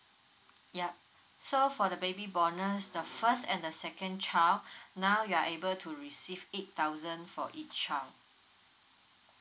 yup so for the baby bonus the first and the second child now you are able to receive eight thousand for each child